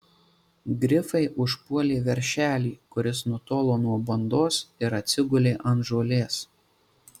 grifai užpuolė veršelį kuris nutolo nuo bandos ir atsigulė ant žolės